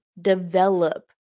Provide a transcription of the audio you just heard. develop